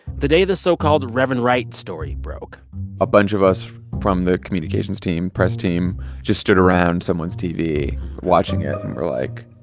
the day the so-called reverend wright story broke a bunch of us from the communications team, press team just stood around someone's tv watching it. and we're like,